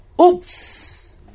oops